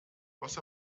was